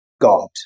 God